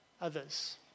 others